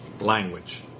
language